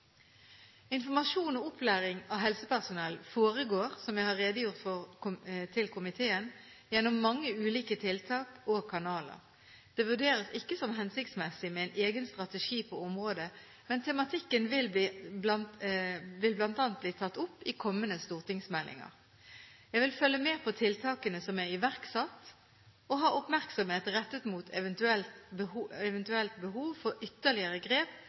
Informasjon og opplæring av helsepersonell foregår, som jeg har redegjort for til komiteen, gjennom mange ulike tiltak og kanaler. Det vurderes ikke som hensiktsmessig med en egen strategi på området, men tematikken vil bl.a. bli tatt opp i kommende stortingsmeldinger. Jeg vil følge med på tiltakene som er iverksatt, og ha oppmerksomhet rettet mot eventuelt behov for ytterligere grep